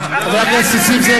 חבר הכנסת נסים זאב,